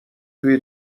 توی